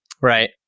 right